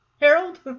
Harold